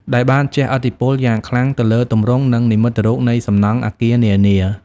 ដែលបានជះឥទ្ធិពលយ៉ាងខ្លាំងទៅលើទម្រង់ និងនិមិត្តរូបនៃសំណង់អគារនានា។